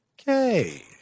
Okay